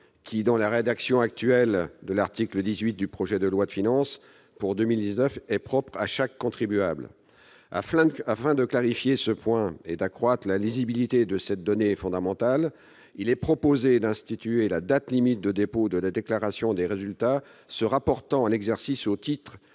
qui, dans la rédaction actuelle de l'article 18 du projet de loi de finances pour 2019, est propre à chaque contribuable. Afin de clarifier ce point et d'accroître la lisibilité de cette donnée fondamentale, il est proposé d'instituer la date limite de dépôt de la déclaration des résultats se rapportant à l'exercice au titre